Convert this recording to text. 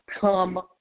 come